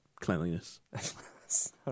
Cleanliness